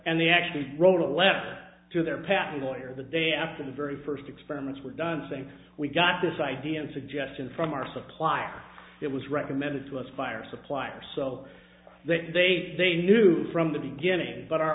and they actually wrote a letter to their patent lawyer the day after the very first experiments were done saying we got this idea and suggestion from our supplier it was recommended to us fire suppliers so that they they knew from the beginning but our